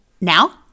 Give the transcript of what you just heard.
Now